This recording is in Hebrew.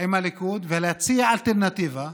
עם הליכוד ולהציע אלטרנטיבה,